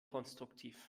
konstruktiv